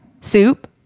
soup